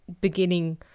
beginning